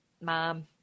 mom